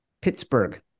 Pittsburgh